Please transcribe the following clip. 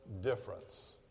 difference